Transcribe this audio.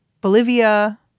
Bolivia